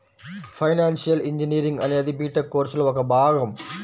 financial engineering అనేది B Tech కోర్సులో ఒక భాగం